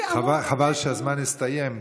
חבל שהזמן הסתיים,